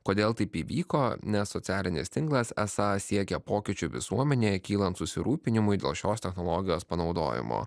kodėl taip įvyko nes socialinis tinklas esą siekia pokyčių visuomenėje kylant susirūpinimui dėl šios technologijos panaudojimo